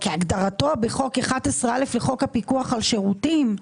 כהגדרתו בחוק 11א לחוק הפיקוח על שירותים.